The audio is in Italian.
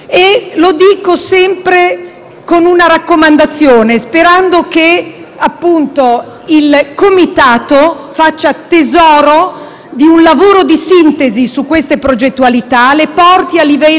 una raccomandazione: spero che il Comitato faccia tesoro di un lavoro di sintesi su queste progettualità e le porti a livello di Commissione europea,